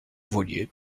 voilier